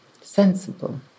sensible